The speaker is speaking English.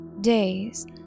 days